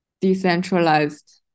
decentralized